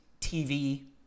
TV